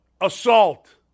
assault